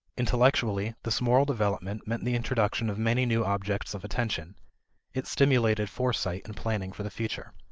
intellectually, this moral development meant the introduction of many new objects of attention it stimulated foresight and planning for the future.